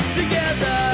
together